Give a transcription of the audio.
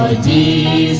da